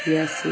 Yes